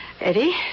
Eddie